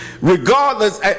regardless